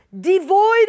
devoid